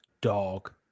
Dog